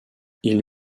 ils